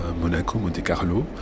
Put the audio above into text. Monaco-Monte-Carlo